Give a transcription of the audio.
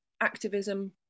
activism